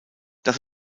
das